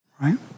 right